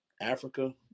Africa